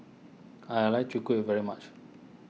I like Chwee Kueh very much